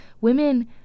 Women